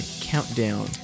Countdown